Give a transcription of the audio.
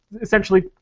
essentially